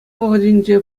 вӑхӑтӗнче